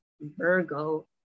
Virgo